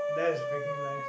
that is fricking nice